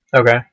Okay